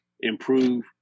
improve